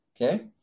Okay